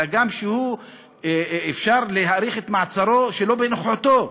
אלא גם אפשר להאריך את מעצרו שלא בנוכחותו.